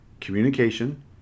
communication